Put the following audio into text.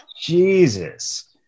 Jesus